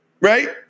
right